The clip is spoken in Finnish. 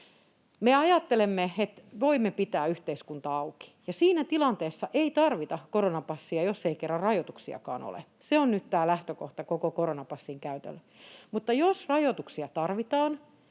Me ajattelemme, että me voimme pitää yhteiskuntaa auki, ja siinä tilanteessa ei tarvita koronapassia, jos ei kerran rajoituksiakaan ole. Se on nyt tämä lähtökohta koko koronapassin käytölle. Mutta jos rajoituksia tarvitaan